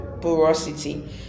porosity